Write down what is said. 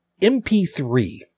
mp3